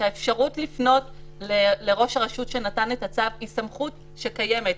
שהאפשרות לפנות לראש הרשות שנתן את הצו היא סמכות שקיימת,